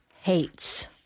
hates